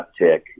uptick